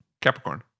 Capricorn